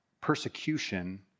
persecution